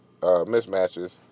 mismatches